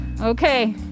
Okay